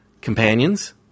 companions